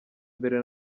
mbere